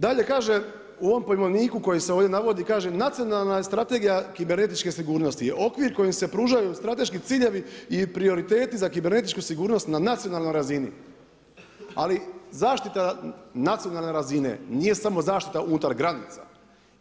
Dalje kaže u ovom pojmovniku koji se ovdje navodi, kaže „Nacionalna je strategija kibernetičke sigurnosti okvir kojim se pružaju strateški ciljevi i prioriteti za kibernetičku sigurnost na nacionalnoj razini“, ali zaštita nacionalne razine nije samo zaštita unutar granica